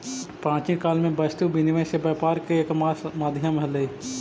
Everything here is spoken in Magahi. प्राचीन काल में वस्तु विनिमय से व्यापार के एकमात्र माध्यम हलइ